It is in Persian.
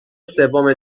سوم